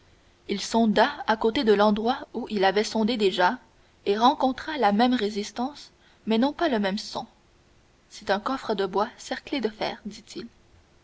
il sonda à côté de l'endroit où il avait sondé déjà et rencontra la même résistance mais non pas le même son c'est un coffre de bois cerclé de fer dit-il